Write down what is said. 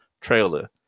trailer